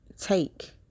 take